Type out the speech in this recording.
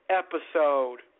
episode